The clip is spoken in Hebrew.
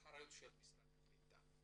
לאחריות של משרד הקליטה?